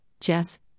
Jess